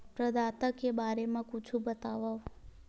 प्रदाता के बारे मा कुछु बतावव?